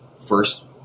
first